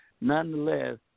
nonetheless